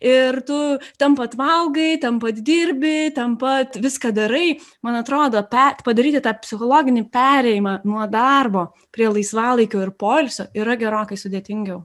ir tu ten pat valgai ten pat dirbi ten pat viską darai man atrodo tą padaryti tą psichologinį perėjimą nuo darbo prie laisvalaikio ir poilsio yra gerokai sudėtingiau